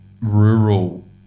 rural